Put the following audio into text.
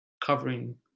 covering